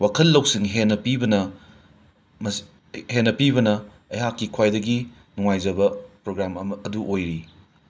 ꯋꯥꯈꯜ ꯂꯧꯁꯤꯡ ꯍꯦꯟꯅ ꯄꯤꯕꯅ ꯍꯦꯟꯅ ꯄꯤꯕꯅ ꯑꯩꯍꯥꯛꯀꯤ ꯈ꯭ꯋꯥꯏꯗꯒꯤ ꯅꯨꯉꯥꯏꯖꯕ ꯄ꯭ꯔꯣꯒ꯭ꯔꯥꯝ ꯑꯃ ꯑꯗꯨ ꯑꯣꯏꯔꯤ